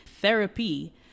Therapy